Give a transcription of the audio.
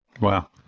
wow